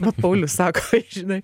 bet paulius sako žinai